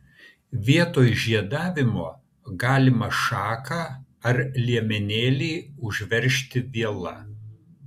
vietoj žiedavimo galima šaką ar liemenėlį užveržti viela